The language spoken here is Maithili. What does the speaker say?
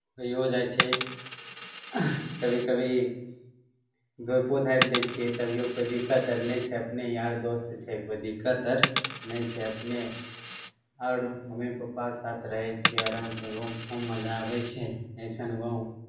होइओ जाइ छै कभी कभी धूपो धापि दै छियै तभिओ कोइ दिक्कत आर नहि छै अपने यार दोस्त छै कोइ दिक्कत आर नहि छै अपने आओर मम्मी पापाके साथ रहै छियै आरामसँ गाँवमे खूब मजा आबै छै अइसन गाँव